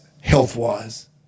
health-wise